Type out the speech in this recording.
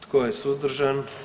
Tko je suzdržan?